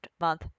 month